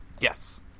Yes